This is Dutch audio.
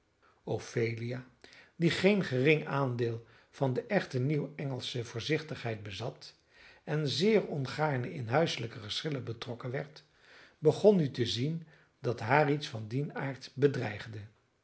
ophelia die geen gering aandeel van de echte nieuw engelsche voorzichtigheid bezat en zeer ongaarne in huiselijke geschillen betrokken werd begon nu te zien dat haar iets van dien aard bedreigde